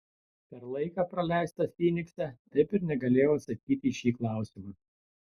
per laiką praleistą fynikse taip ir negalėjau atsakyti į šį klausimą